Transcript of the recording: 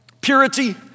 Purity